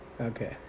okay